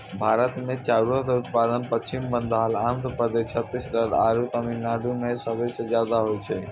भारत मे चाउरो के उत्पादन पश्चिम बंगाल, आंध्र प्रदेश, छत्तीसगढ़ आरु तमिलनाडु मे सभे से ज्यादा होय छै